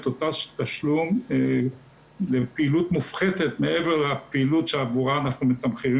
את תשומת הלב הראויה בחלוקת מנות מזון לכאלה שזקוקים